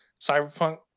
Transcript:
Cyberpunk